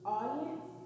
audience